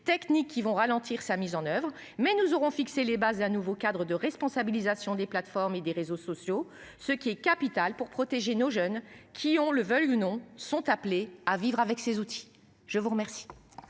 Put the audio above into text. techniques qui vont ralentir sa mise en oeuvre mais nous aurons fixé les bases d'un nouveau cadre de responsabilisation des plateformes et des réseaux sociaux. Ce qui est capital pour protéger nos jeunes qui on le veuille ou non sont appelés à vivre avec ces outils. Je vous remercie.